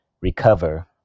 recover